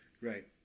Right